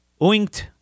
oinked